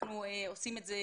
אנחנו עושים את זה